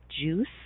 juice